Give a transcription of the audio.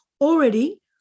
already